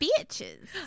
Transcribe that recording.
bitches